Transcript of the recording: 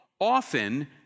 Often